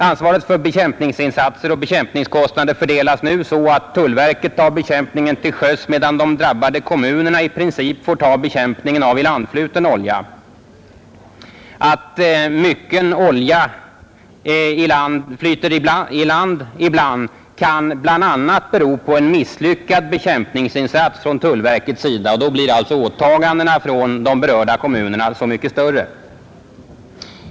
Ansvaret för bekämpningsinsatser och bekämpningskostnader fördelas nu så att tullverket tar bekämpningen till sjöss, medan de drabbade kommunerna i princip får ta bekämpningen av ilandfluten olja. När mycken olja flyter i land kan det ibland bero på en misslyckad bekämpningsinsats från tullverkets sida. Då blir alltså åliggandena för de berörda kommunerna så mycket större.